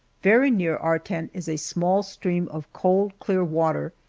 very near our tent is a small stream of cold, clear water,